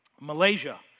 Malaysia